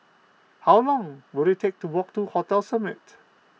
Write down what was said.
how long will it take to walk to Hotel Summit